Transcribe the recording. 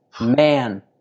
man